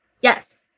yes